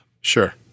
Sure